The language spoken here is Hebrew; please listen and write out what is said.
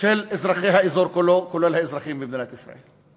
של אזרחי האזור כולו, כולל האזרחים במדינת ישראל.